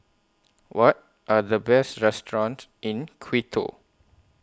What Are The Best restaurants in Quito